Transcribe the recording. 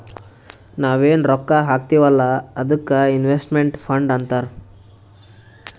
ನಾವ್ ಎನ್ ರೊಕ್ಕಾ ಹಾಕ್ತೀವ್ ಅಲ್ಲಾ ಅದ್ದುಕ್ ಇನ್ವೆಸ್ಟ್ಮೆಂಟ್ ಫಂಡ್ ಅಂತಾರ್